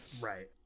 Right